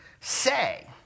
say